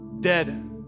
dead